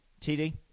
TD